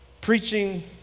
preaching